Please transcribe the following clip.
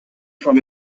from